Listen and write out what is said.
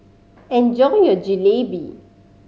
enjoy your Jalebi